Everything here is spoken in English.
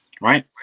right